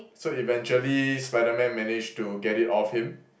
so eventually Spiderman managed to get it off him